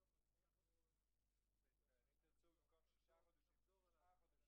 רבותיי, אנחנו מתכנסים בישיבת ועדת העבודה,